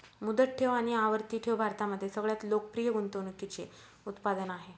मुदत ठेव आणि आवर्ती ठेव भारतामध्ये सगळ्यात लोकप्रिय गुंतवणूकीचे उत्पादन आहे